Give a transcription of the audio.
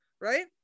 right